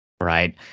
right